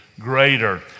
greater